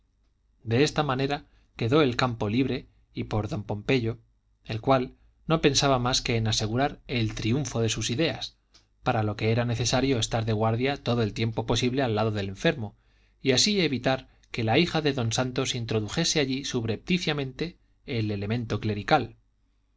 de esta manera quedó el campo libre y por don pompeyo el cual no pensaba más que en asegurar el triunfo de sus ideas para lo que era necesario estar de guardia todo el tiempo posible al lado del enfermo y así evitar que la hija de don santos introdujese allí subrepticiamente el elemento clerical